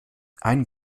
einen